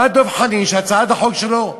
בא דב חנין שהצעת החוק שלו,